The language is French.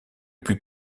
plus